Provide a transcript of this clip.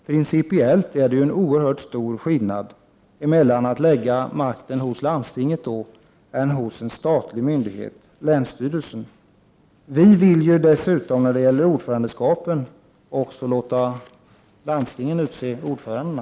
Principiellt är det ju en oerhört stor skillnad mellan att lägga makten hos landstinget och att lägga den hos en statlig myndighet, länsstyrelsen. Dessutom vill ju centerpartiet låta landstingen utse ordförandena.